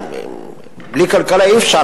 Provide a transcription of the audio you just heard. בלי כלכלה אי-אפשר,